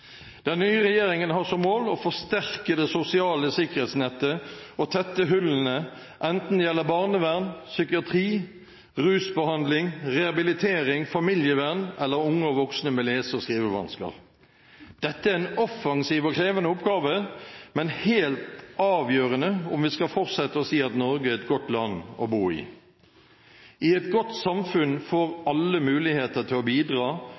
Den nye regjeringen har som mål å forsterke det sosiale sikkerhetsnettet og tette hullene enten det gjelder barnevern, psykiatri, rusbehandling, rehabilitering, familievern eller unge og voksne med lese- og skrivevansker. Dette er en offensiv og krevende oppgave, men helt avgjørende om vi skal fortsette å si at Norge er et godt land å bo i. I et godt samfunn får alle muligheter til å bidra,